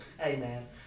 Amen